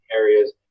areas